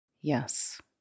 Yes